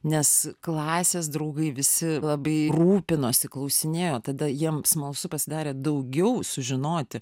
nes klasės draugai visi labai rūpinosi klausinėjo tada jiems smalsu pasidarė daugiau sužinoti